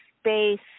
space